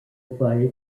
via